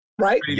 Right